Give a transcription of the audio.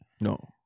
No